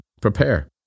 prepare